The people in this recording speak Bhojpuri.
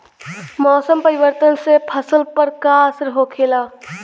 मौसम परिवर्तन से फसल पर का असर होखेला?